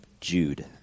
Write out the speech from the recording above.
Jude